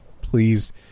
please